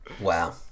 Wow